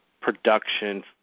production